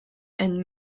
and